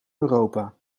europa